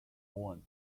boone